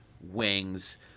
wings